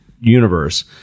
universe